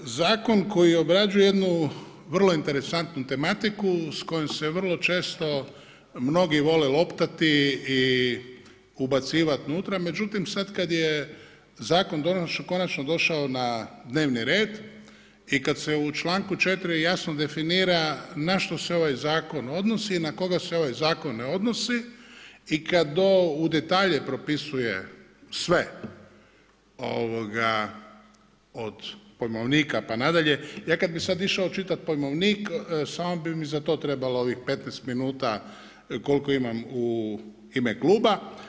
Zakon koji obrađuje jednu vrlo interesantnu tematiku, s kojom se vrlo često mnogi vole loptati i ubacivati nutra, međutim sad kad je zakon konačno došao na dnevni red i kad se u članku 4. jasno definira na što se ovaj zakon odnosi i na koga se ovaj zakon ne odnosi i kad to u detalje propisuje sve, od pojmovnika pa nadalje, ja kad bih sad išao čitat pojmovnik samo bi mi za to trebalo ovih 15 minuta koliko imam u ime kluba.